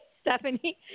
Stephanie